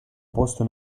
posto